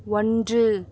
ஒன்று